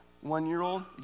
one-year-old